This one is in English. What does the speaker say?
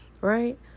Right